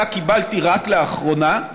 אותה קיבלתי רק לאחרונה,